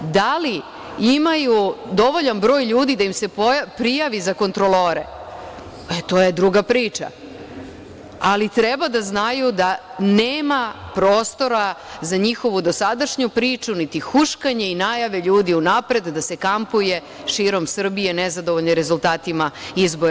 Da li imaju dovoljan broj ljudi da im se prijavi za kontrolore, e to je druga priča, ali treba da znaju da nema prostora za njihovu dosadašnju priču, niti huškanje i najave ljudi unapred da se kampuje širom Srbije nezadovoljni rezultatima izbora.